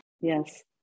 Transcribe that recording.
yes